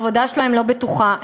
העבודה שלהם לא בטוחה,